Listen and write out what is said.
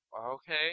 Okay